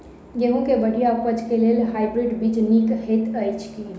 गेंहूँ केँ बढ़िया उपज केँ लेल हाइब्रिड बीज नीक हएत अछि की?